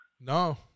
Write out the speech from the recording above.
no